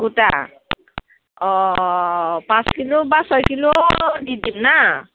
গোটা অ' পাঁচ কিল' বা ছয় কিল' দি দিম না